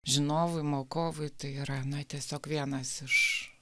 žinovui mokovui tai yra na tiesiog vienas iš